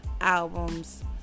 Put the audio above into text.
albums